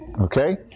Okay